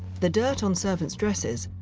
the dirt on servants' dresses,